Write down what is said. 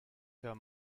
für